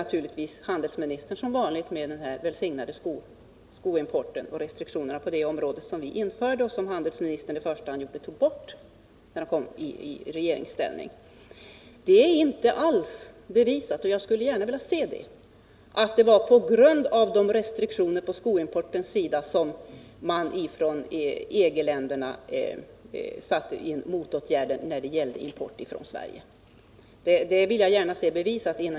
Handelsministern hänvisar naturligtvis som vanligt till den välsignade frågan om de restriktioner som vi genomförde beträffande skoimporten och som det var handelsministerns första åtgärd att avskaffa när han kom in i regeringen. Det är inte alls bevisat — och jag skulle gärna vilja få en redovisning på den punkten — att det var på grund av restriktionerna beträffande skoimporten som EG-länderna satte in åtgärder mot import från Sverige.